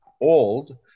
old